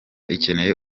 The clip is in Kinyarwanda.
ikeneye